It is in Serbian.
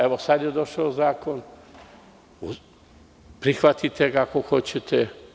Evo, sada je došao zakon i prihvatite ga ako hoćete.